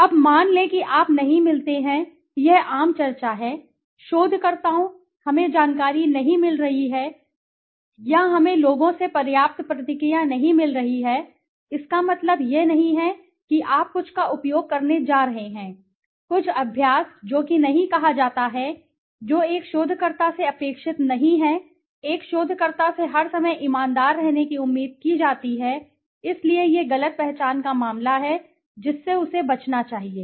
अब मान लें कि आप नहीं मिलते हैं यह आम चर्चा है शोधकर्ताओं हमें जानकारी नहीं मिल रही है या हमें लोगों से पर्याप्त प्रतिक्रिया नहीं मिल रही है इसका मतलब यह नहीं है कि आप कुछ का उपयोग करने जा रहे हैं कुछ अभ्यास जो कि नहीं कहा जाता है जो एक शोधकर्ता से अपेक्षित नहीं है एक शोधकर्ता से हर समय ईमानदार रहने की उम्मीद की जाती है इसलिए यह गलत पहचान का मामला है जिससे उसे बचना चाहिए